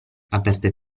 aperte